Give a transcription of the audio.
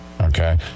okay